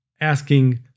asking